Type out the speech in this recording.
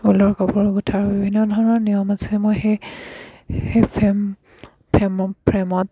ঊলৰ কাপোৰ গুঠাৰ বিভিন্ন ধৰণৰ নিয়ম আছে মই সেই ফ্ৰেম ফ্ৰেম ফ্ৰেমত